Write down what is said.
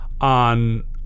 on